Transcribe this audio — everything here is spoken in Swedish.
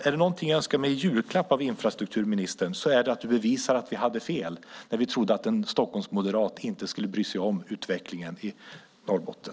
Är det något jag önskar mig i julklapp av infrastrukturministern är det att du bevisar att vi hade fel när vi trodde att en Stockholmsmoderat inte skulle bry sig om utvecklingen i Norrbotten.